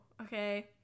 okay